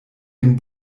dem